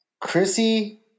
Chrissy